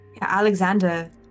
Alexander